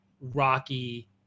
Rocky